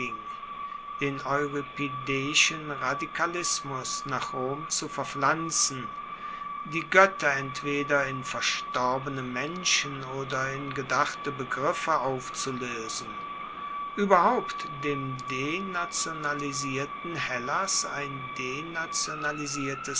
den euripideischen radikalismus nach rom zu verpflanzen die goetter entweder in verstorbene menschen oder in gedachte begriffe aufzuloesen ueberhaupt dem denationalisierten hellas ein